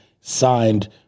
signed